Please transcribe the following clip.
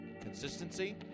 consistency